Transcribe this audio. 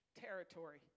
territory